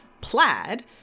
plaid